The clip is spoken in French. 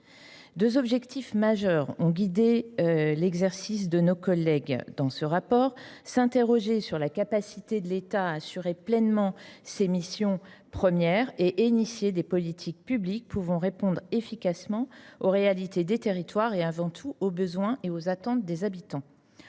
Deux objectifs majeurs ont guidé la réflexion de nos deux collègues : s’interroger sur la capacité de l’État à assurer pleinement ses missions fondamentales et engager des politiques publiques permettant de répondre efficacement aux réalités des territoires et, avant tout, aux besoins et aux attentes des habitants.